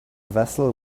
vessel